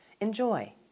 Enjoy